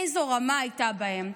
איזו רמה הייתה בהם.